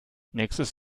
nächstes